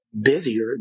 busier